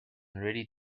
already